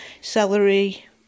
celery